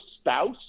spouse